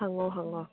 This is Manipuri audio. ꯍꯪꯉꯣ ꯍꯪꯉꯣ